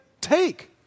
take